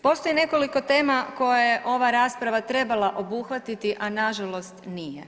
Postoji nekoliko tema koje je ova rasprava trebala obuhvatiti, a nažalost nije.